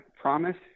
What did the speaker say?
promise